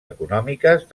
econòmiques